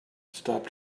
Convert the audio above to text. stop